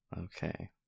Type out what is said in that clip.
Okay